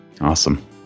Awesome